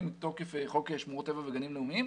מתוקף חוק שמורות טבע וגנים לאומיים.